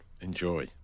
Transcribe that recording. enjoy